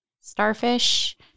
Starfish